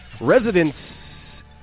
residents